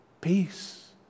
Peace